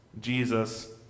Jesus